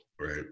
right